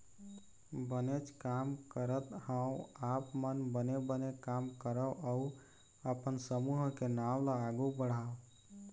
बनेच काम करत हँव आप मन बने बने काम करव अउ अपन समूह के नांव ल आघु बढ़ाव